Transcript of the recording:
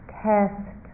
test